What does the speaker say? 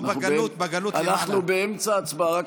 אנחנו באמצע הצבעה.